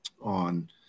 on